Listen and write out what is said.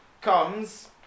comes